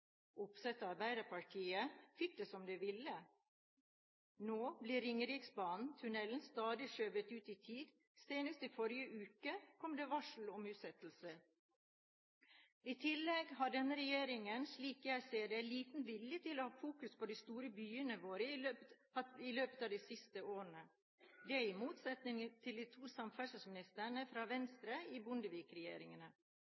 Arbeiderpartiet fikk det som de ville. Nå blir Ringeriksbanen og -tunnelen stadig skjøvet ut i tid. Senest i forrige uke kom det varsel om utsettelse. I tillegg har denne regjeringen, slik jeg ser det, hatt liten vilje til å ha fokus på de store byene våre i løpet av de siste årene. Det står i motsetning til de to samferdselsministrene fra